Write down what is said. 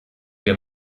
wir